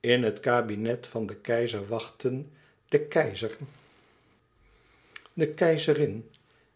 in het kabinet van den keizer wachtten de keizer de keizerin